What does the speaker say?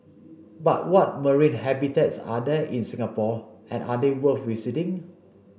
but what marine habitats are there in Singapore and are they worth visiting